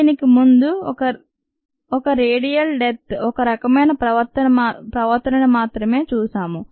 దీనికి ముందు ఈ రేఖియర్ డెత్ ఒక రకమైన ప్రవర్తన మాత్రమే నని మేము చూశాము